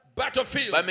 battlefield